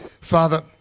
father